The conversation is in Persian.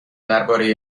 درباره